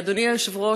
אדוני היושב-ראש,